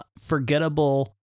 forgettable